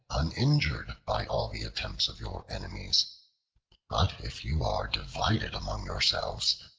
uninjured by all the attempts of your enemies but if you are divided among yourselves,